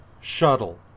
shuttle